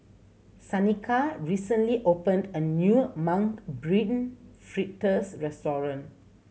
Shanika recently opened a new Mung Bean Fritters restaurant